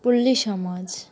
পল্লী সমাজ